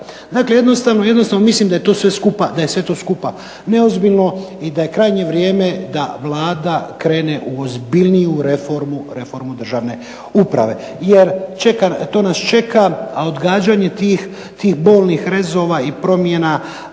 Dakle jednostavno mislim da je sve to skupa neozbiljno i da je krajnje vrijeme da Vlada krene u ozbiljniju reformu državne uprave jer to nas čeka, a odgađanje tih bolnih rezova i promjena